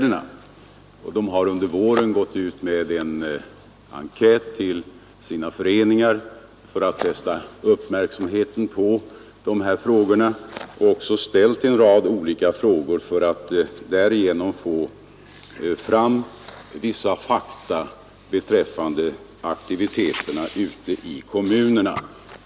Denna organisation har under våren gått ut med en enkät till sina föreningar för att fästa uppmärksamheten på dessa spörsmål, varvid man ställt en rad olika frågor för att få fram vissa fakta beträffande aktiviteterna ute i kommunerna.